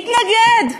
מתנגד,